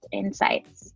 insights